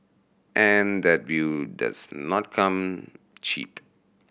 and that view does not come cheap